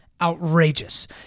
outrageous